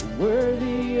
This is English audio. worthy